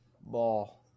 Ball